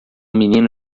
menino